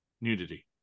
nudity